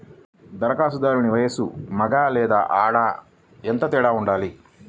ధరఖాస్తుదారుని వయస్సు మగ లేదా ఆడ ఎంత ఉండాలి?